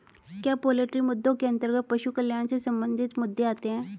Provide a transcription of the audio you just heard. क्या पोल्ट्री मुद्दों के अंतर्गत पशु कल्याण से संबंधित मुद्दे आते हैं?